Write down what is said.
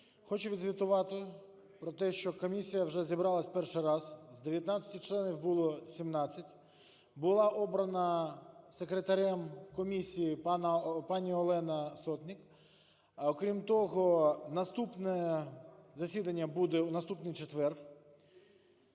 Хочу відзвітувати про те, що комісія вже зібралася перший раз. З 19 членів було 17. Була обрана секретарем комісії пані Олена Сотник. Крім того, наступне засідання буде у наступний четвер.